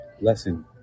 Lesson